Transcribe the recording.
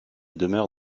demeure